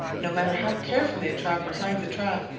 no matter how carefully a trapper hides a trap,